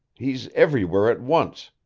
he's everywhere at once.